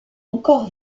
encore